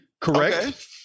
Correct